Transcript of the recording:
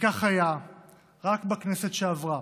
וכך היה רק בכנסת שעברה,